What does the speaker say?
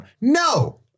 No